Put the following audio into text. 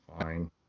Fine